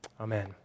Amen